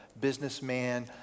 businessman